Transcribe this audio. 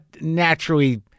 naturally